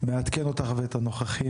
מעדכן אותך ואת הנוכחים,